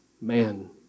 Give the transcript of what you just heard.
man